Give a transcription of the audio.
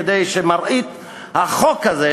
כדי שמראית החוק הזה,